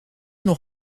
nog